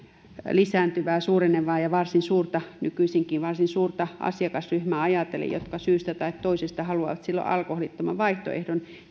lisääntyvää suurenevaa ja ja nykyisinkin varsin suurta asiakasryhmää ajatellen jotka syystä tai toisesta haluavat alkoholittoman vaihtoehdon